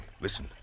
listen